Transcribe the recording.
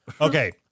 Okay